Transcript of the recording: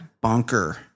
bunker